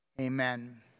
Amen